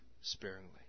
sparingly